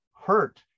hurt